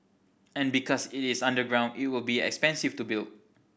and because it is underground it will be expensive to build